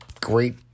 great